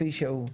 כפי שהוא.